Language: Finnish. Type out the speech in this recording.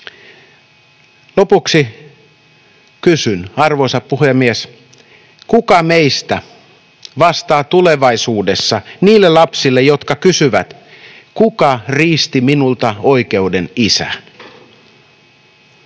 Lopuksi kysyn, arvoisa puhemies, kuka meistä vastaa tulevaisuudessa niille lapsille, jotka kysyvät, kuka riisti minulta oikeuden isään,